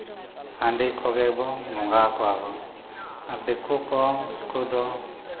ᱦᱟᱺᱰᱤ ᱠᱚᱜᱮ ᱵᱚᱱ ᱵᱚᱸᱜᱟᱣᱟᱠᱚᱣᱟᱵᱚᱱ ᱟᱨ ᱫᱤᱠᱩ ᱠᱚ ᱠᱚᱫᱚ